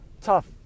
Tough